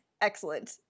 Excellent